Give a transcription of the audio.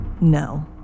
no